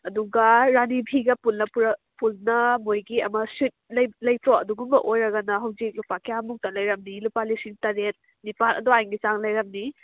ꯑꯗꯨꯒ ꯔꯥꯅꯤ ꯐꯤꯒ ꯄꯨꯟꯅ ꯃꯣꯏꯒꯤ ꯑꯃ ꯁꯨꯏꯠ ꯂꯩꯇ꯭ꯔꯣ ꯑꯗꯨꯒꯨꯝꯕ ꯑꯣꯏꯔꯒꯅ ꯍꯧꯖꯤꯛ ꯂꯨꯄꯥ ꯀꯌꯥꯃꯨꯛꯇ ꯂꯩꯔꯝꯅꯤ ꯂꯨꯄꯥ ꯂꯤꯁꯤꯡ ꯇꯔꯦꯠ ꯅꯤꯄꯥꯜ ꯑꯗꯨꯋꯥꯏꯒꯤ ꯆꯥꯡꯗ ꯂꯩꯔꯝꯅꯤ